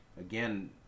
again